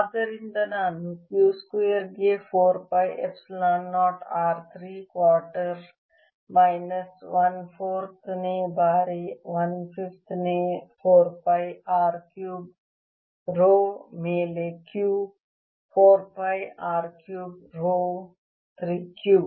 ಆದ್ದರಿಂದ ನಾನು Q square ಗೆ 4 pi epsilon 0 R 3 quarters minus 1 4 ನೇ ಬಾರಿ 1 5 ನೇ 4 ಪೈ R ಕ್ಯೂಬ್ ರೋ ಮೇಲೆ Q 4 pi R cube rho 3 Q